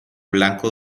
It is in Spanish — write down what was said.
blanco